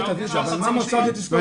תזכורת תביא את זה, אבל מה מוצע בתזכורת?